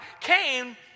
Cain